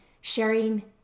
sharing